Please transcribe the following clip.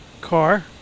car